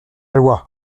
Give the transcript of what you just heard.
loi